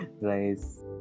Nice